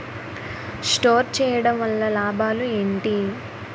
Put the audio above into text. Store చేయడం వల్ల లాభాలు ఏంటి?